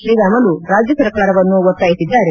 ತ್ರೀರಾಮುಲು ರಾಜ್ಯ ಸರ್ಕಾರವನ್ನು ಒತ್ತಾಯಿಸಿದ್ದಾರೆ